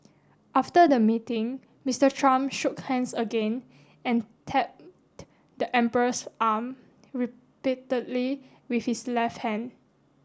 after the meeting Mister Trump shook hands again and tapped the emperor's arm repeatedly with his left hand